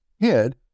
head